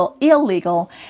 illegal